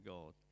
God